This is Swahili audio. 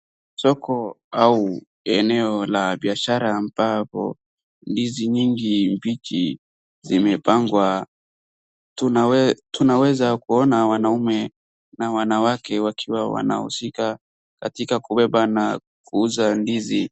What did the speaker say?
Soko au eneo la bishara ambapo ndizi mingi mbichi zimepangwa, tunaweza kuona wanaume na wanawake wakiwa wanahusika katika kubeba na kuuza ndizi.